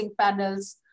panels